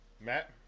Matt